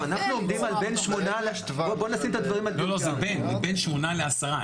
לא, לא, זה בין 8 ל-10.